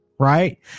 Right